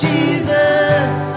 Jesus